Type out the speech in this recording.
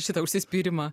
šitą užsispyrimą